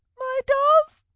my dove?